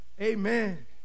Amen